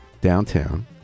downtown